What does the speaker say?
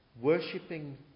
worshipping